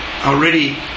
already